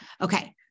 Okay